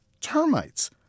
termites